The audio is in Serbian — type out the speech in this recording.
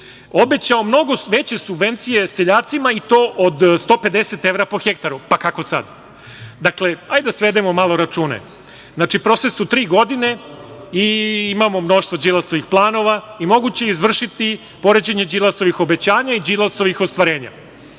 obećao mnogo veće subvencije seljacima, i to od 150 evra po hektaru. Pa, kako sad? Dakle, ajde da svedemo malo račune. Znači, prošle su tri godine i imamo mnoštvo Đilasovih planova i moguće je izvršiti poređenje Đilasovih obećanja i Đilasovih ostvarenja.